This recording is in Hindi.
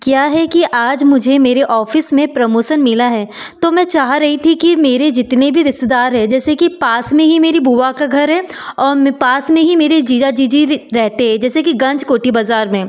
क्या है कि आज मुझे मेरे ऑफ़िस में प्रमोसन मिला है तो मैं चाह रही थी कि मेरे जितने भी रिश्तेदार है जैसे कि पास में ही मेरी बुआ का घर है और पास में ही मेरे जीजा जीजी रहते हैं जैसे कि गंजकोटी बाज़ार में